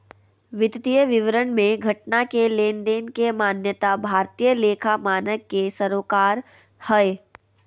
वित्तीय विवरण मे घटना के लेनदेन के मान्यता भारतीय लेखा मानक के सरोकार हय